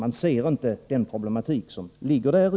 Man ser inte den problematik som ligger däri.